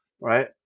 Right